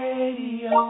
Radio